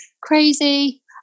crazy